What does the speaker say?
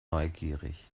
neugierig